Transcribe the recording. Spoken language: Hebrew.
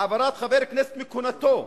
העברת חבר כנסת מכהונתו,